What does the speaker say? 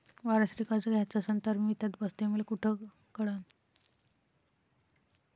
वावरासाठी कर्ज घ्याचं असन तर मी त्यात बसतो हे मले कुठ कळन?